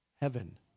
Heaven